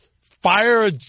fire